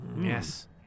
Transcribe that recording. Yes